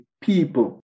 people